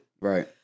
right